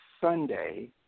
Sunday